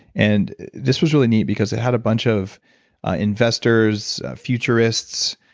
and this was really neat because they had a bunch of investors, futurists,